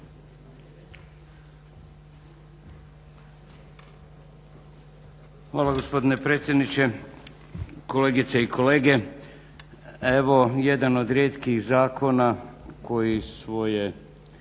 Hvala gospodine predsjedniče, kolegice i kolege. Evo jedan od rijetkih zakona koji svoje